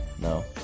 no